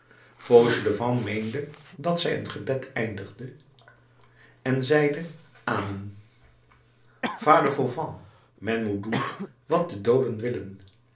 fauchelevent meende dat zij een gebed eindigde en zeide amen vader fauvent men moet doen wat de dooden willen